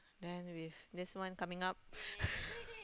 then with this one coming up